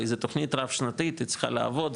הרי זו תוכנית רב-שנתית היא צריכה לעבוד,